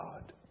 God